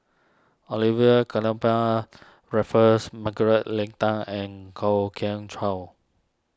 Olivia Raffles Margaret Leng Tan and Kwok Kian Chow